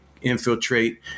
infiltrate